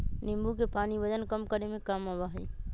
नींबू के पानी वजन कम करे में काम आवा हई